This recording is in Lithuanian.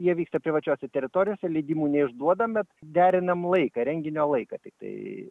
jie vyksta privačiose teritorijose leidimų neišduodam bet derinam laiką renginio laiką tiktai